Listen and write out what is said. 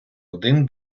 один